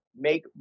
make